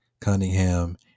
cunningham